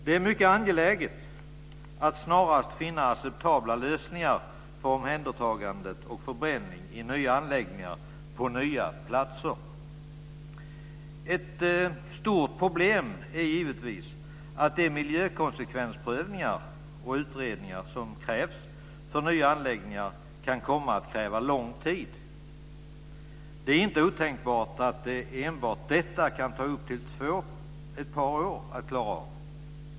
Det är mycket angeläget att snarast finna acceptabla lösningar för omhändertagande och förbränning i nya anläggningar på nya platser. Ett stort problem är givetvis att de miljökonsekvensprövningar och utredningar som krävs för nya anläggningar kan komma att kräva lång tid. Det är inte otänkbart att enbart detta kan ta upp till ett par år att klara av.